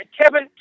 Kevin